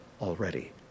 already